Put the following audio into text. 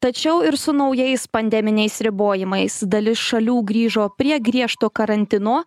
tačiau ir su naujais pandeminiais ribojimais dalis šalių grįžo prie griežto karantino